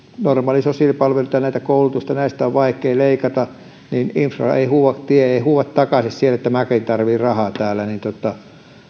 normaaleista sosiaalipalveluista koulutuksista näistä on vaikea leikata mutta infra ei huuda tie ei huuda takaisin siellä että minäkin tarvitsen rahaa täällä